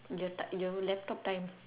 your ti~ your laptop time